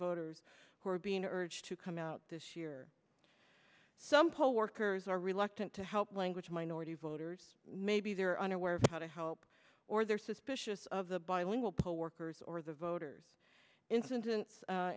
voters who are being urged to come out this year some poll workers are reluctant to help language minority voters maybe they're unaware of how to help or they're suspicious of the bilingual poll workers or the voters in